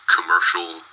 commercial